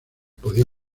podía